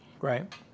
right